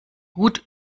gut